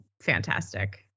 fantastic